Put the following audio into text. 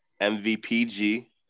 MVPG